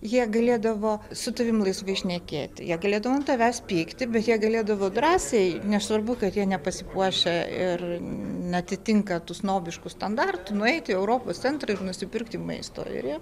jie galėdavo su tavimi laisvai šnekėti jei galėdavom ant tavęs pykti bet jie galėdavo drąsiai nesvarbu kad jie nepasipuošę ir neatitinka tų snobiškų standartų nueiti į europos centrą ir nusipirkti maisto ir jiem